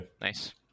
Nice